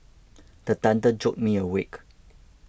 the thunder jolt me awake